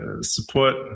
support